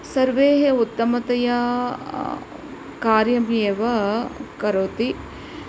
सर्वे उत्तमतया कार्यमेव करोति